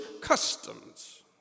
customs